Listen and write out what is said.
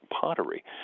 pottery